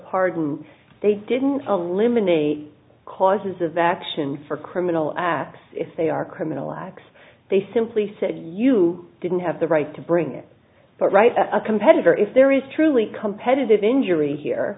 pardon they didn't a limb a name a causes of action for criminal acts if they are criminal acts they simply said you didn't have the right to bring it but write a competitor if there is truly competitive injury here